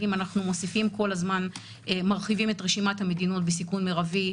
אם אנחנו מרחיבים את רשימת המדינות בסיכון מרבי,